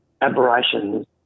aberrations